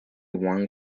one